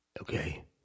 okay